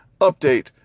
update